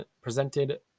presented